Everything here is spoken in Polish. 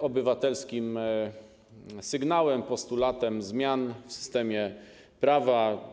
obywatelskim sygnałem, postulatem zmian w systemie prawa.